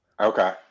Okay